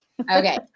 Okay